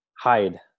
hide